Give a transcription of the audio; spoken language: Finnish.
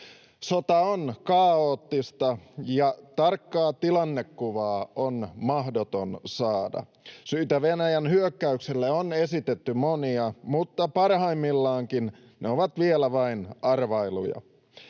Sota on kaoottista, ja tarkkaa tilannekuvaa on mahdoton saada. Syitä Venäjän hyökkäykselle on esitetty monia, mutta parhaimmillaankin ne ovat vielä vain arvailuja.